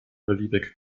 beliebig